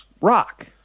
Rock